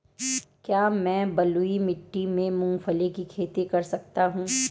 क्या मैं बलुई मिट्टी में मूंगफली की खेती कर सकता हूँ?